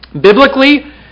Biblically